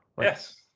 Yes